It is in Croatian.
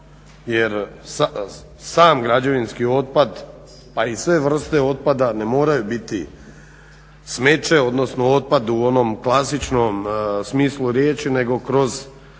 jer sam građevinski otpad pa i sve vrste otpada ne moraju biti smeće odnosno otpad u onom klasičnom smislu riječi nego kroz